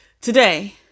today